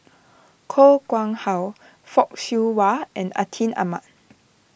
Koh Nguang How Fock Siew Wah and Atin Amat